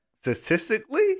Statistically